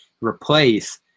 replace